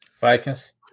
Vikings